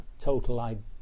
total